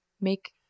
make